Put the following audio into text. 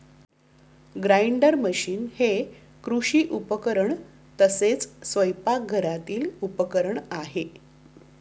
grinder machine हे कृषी उपकरण तसेच स्वयंपाकघरातील उपकरण आहे